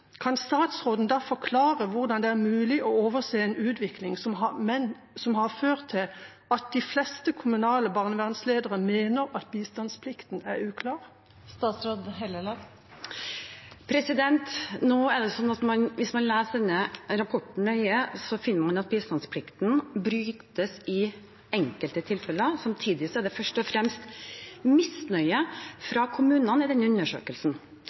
Kan statsråden da forklare hvordan det er mulig å overse en utvikling som har ført til at de fleste kommunale barnevernsledere mener at bistandsplikten er uklar? Hvis man leser denne rapporten nøye, finner man at bistandsplikten brytes i enkelte tilfeller. Samtidig er det først og fremst misnøye fra kommunene i denne undersøkelsen,